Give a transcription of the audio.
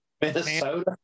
Minnesota